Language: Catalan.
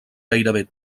gairebé